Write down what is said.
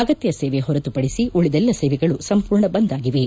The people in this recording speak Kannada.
ಅಗತ್ಯ ಸೇವೆ ಹೊರತುಪಡಿಸಿ ಉಳಿದೆಲ್ಲ ಸೇವೆಗಳು ಸಂಪೂರ್ಣ ಬಂದ್ ಆಗಿವೆ